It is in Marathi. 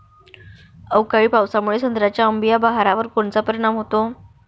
अवकाळी पावसामुळे संत्र्याच्या अंबीया बहारावर कोनचा परिणाम होतो?